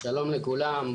שלום לכולם,